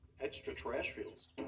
extraterrestrials